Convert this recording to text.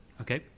Okay